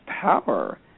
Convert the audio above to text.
power